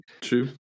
True